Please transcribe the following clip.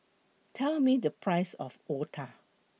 Tell Me The Price of Otah